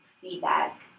feedback